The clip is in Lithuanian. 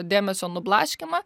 dėmesio nublaškymą